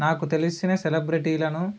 నాకు తెలిసిన సెలబ్రిటీలను